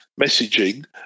messaging